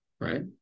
Right